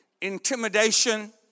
intimidation